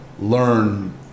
learn